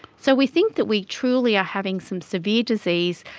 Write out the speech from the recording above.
so we think that we truly are having some severe disease,